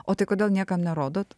o tai kodėl niekam nerodot